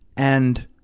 and